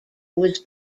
was